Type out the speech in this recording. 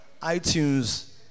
iTunes